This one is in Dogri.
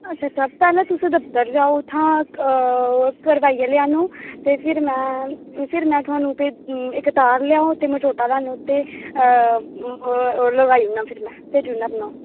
पैह्लें तुस दफ्तर जाओ उत्थां करवाइयै लेई आह्नो ते फिर तार लेई आओ ते में सोटा लेई आह्नग ते लगाई ओड़ना फिर में भेजी ओड़ना